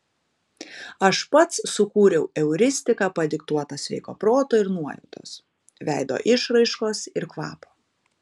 aš pats sukūriau euristiką padiktuotą sveiko proto ir nuojautos veido išraiškos ir kvapo